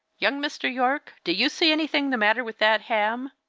young mr. yorke, do you see anything the matter with that ham?